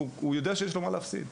כי הוא יודע שיש לו מה להפסיד.